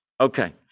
Okay